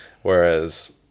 Whereas